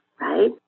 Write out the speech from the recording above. right